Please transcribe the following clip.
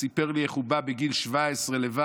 והוא סיפר לי איך הוא בא בגיל 17 לבד,